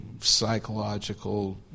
psychological